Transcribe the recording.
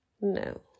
no